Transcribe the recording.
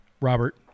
Robert